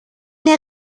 der